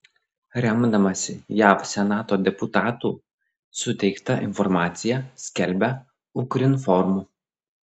remdamasi jav senato deputatų suteikta informacija skelbia ukrinform